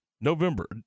November